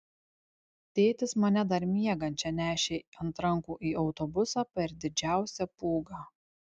tėtis mane dar miegančią nešė ant rankų į autobusą per didžiausią pūgą